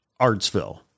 Artsville